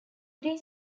three